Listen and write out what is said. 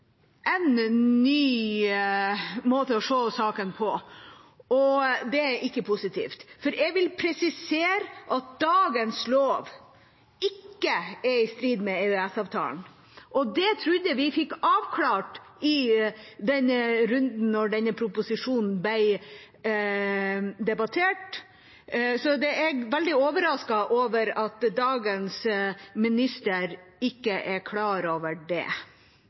en ny måte å se saken på, og det er ikke positivt. Jeg vil presisere at dagens lov ikke er i strid med EØS-avtalen. Det trodde jeg vi fikk avklart da proposisjonen ble debattert, så jeg er veldig overrasket over at dagens minister ikke er klar over det.